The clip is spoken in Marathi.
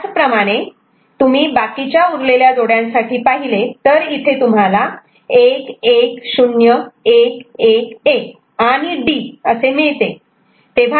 याचप्रमाणे तुम्ही बाकीच्या उरलेल्या जोडयांसाठी पाहिले तर इथे तुम्हाला 1 1 0 1 1 1आणि D असे मिळते